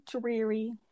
dreary